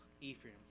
Ephraim